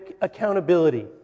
accountability